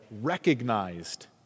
recognized